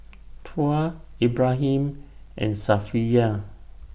Tuah Ibrahim and Safiya